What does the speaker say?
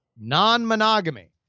non-monogamy